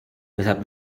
weshalb